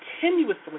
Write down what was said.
continuously